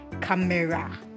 camera